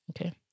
Okay